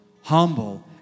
humble